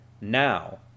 Now